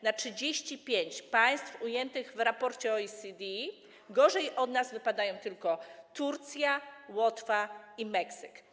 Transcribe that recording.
Na 35 państw ujętych w raporcie OECD gorzej od nas wypadają tylko Turcja, Łotwa i Meksyk.